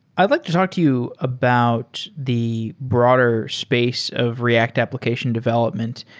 i'd like to talk to you about the broader space of react application development.